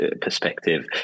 perspective